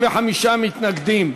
65 מתנגדים,